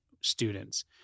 students